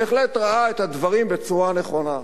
בהחלט ראה את הדברים בצורה נכונה.